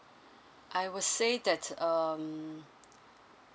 I would say that um